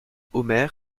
omer